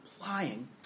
applying